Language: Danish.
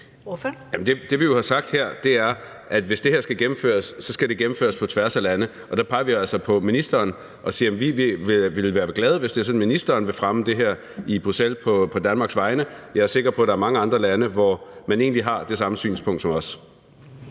hvis det her skal gennemføres, skal det gennemføres på tværs af lande, og der peger vi altså på ministeren og siger, at vi vil være glade, hvis ministeren vil fremme det her i Bruxelles på Danmarks vegne. Jeg sikker på, at der er mange andre lande, hvor man egentlig har det samme synspunkt som os.